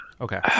Okay